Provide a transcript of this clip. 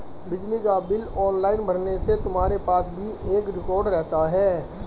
बिजली का bill online भरने से तुम्हारे पास भी एक रिकॉर्ड रहता है